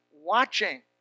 watching